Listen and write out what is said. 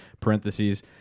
parentheses